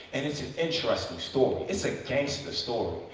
and it's an interesting story. it's a gangster story.